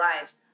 lives